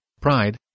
pride